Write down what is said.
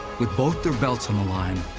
with both their belts on the line,